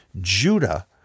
Judah